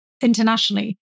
internationally